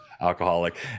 alcoholic